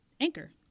Anchor